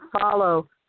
follow